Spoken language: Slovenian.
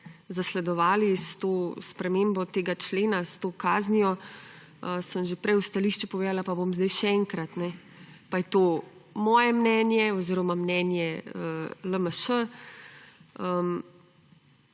zasledovali s to spremembo tega člena, s to kaznijo. Sem že prej v stališču povedala, pa bom zdaj še enkrat, pa je to moje mnenje oziroma mnenje LMŠ: